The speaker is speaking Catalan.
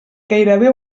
gairebé